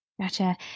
Gotcha